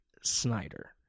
Snyder